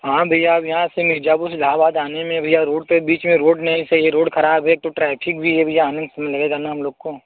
हाँ भैया अब यहाँ से मिर्ज़ापुर से इलाहाबाद आने में भैया रोड पर बीच में रोड नहीं सही है रोड ख़राब है एक तो ट्रैफिक भी है भैया आने में समय लगेगा ना हम लोगों को